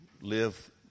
live